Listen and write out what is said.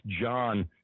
John